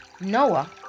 Noah